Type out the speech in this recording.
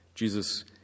Jesus